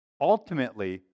Ultimately